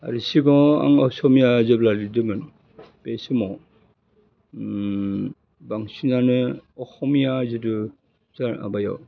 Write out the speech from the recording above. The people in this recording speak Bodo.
आरो सिगाङाव आं असमिया जेब्ला लिरदोंमोन बे समाव बांसिनानो अखमिया जिदु जा माबायाव